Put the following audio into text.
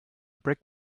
brick